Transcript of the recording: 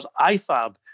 IFAB